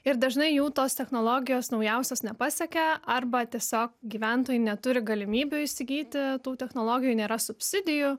ir dažnai jų tos technologijos naujausios nepasiekia arba tiesiog gyventojai neturi galimybių įsigyti tų technologijų nėra subsidijų